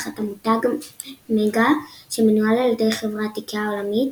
תחת המותג "MEGA" שמנוהל על ידי חברת איקאה העולמית,